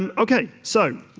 um okay. so,